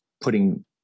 putting